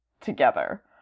together